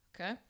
Okay